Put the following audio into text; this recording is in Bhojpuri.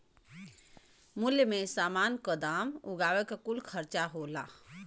मूल्य मे समान क दाम उगावे क कुल खर्चा होला